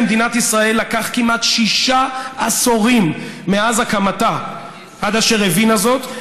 למדינת ישראל לקח כמעט שישה עשורים מאז הקמתה עד אשר הבינה זאת,